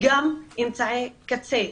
גם אמצעי קצה,